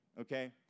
Okay